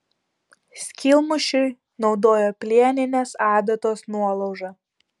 skylmušiui naudojo plieninės adatos nuolaužą